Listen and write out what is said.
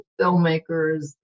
filmmakers